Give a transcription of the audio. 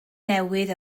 newydd